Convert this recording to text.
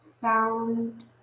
found